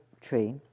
tree